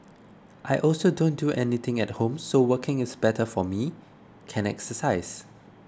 I also don't do anything at home so working is better for me can exercise